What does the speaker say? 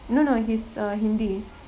no no he's a hindi